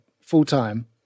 full-time